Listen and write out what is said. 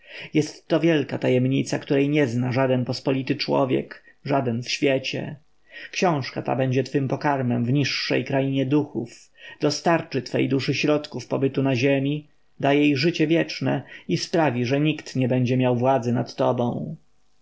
jest to wielka tajemnica której nie zna żaden pospolity człowiek żaden w świecie książka ta będzie twym pokarmem w niższej krainie duchów dostarczy twej duszy środków pobytu na ziemi da jej życie wieczne i sprawi że nikt nie będzie miał władzy nad tobą